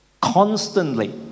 Constantly